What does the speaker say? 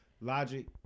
Logic